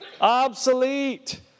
Obsolete